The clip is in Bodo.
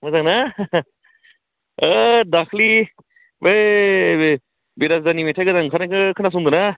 मोजां ना हो हो ओद दाख्लि बै बिराज दानि मेथाय गोदान ओंखारनायखौ खोनासंदों ना